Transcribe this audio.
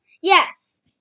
Yes